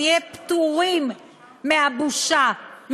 נהיה פטורים מהבושה,